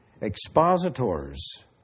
expositors